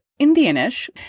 Indianish